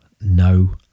No